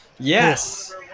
Yes